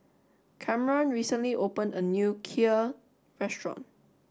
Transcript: Kamron recently opened a new Kheer restaurant